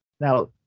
Now